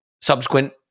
subsequent